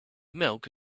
milk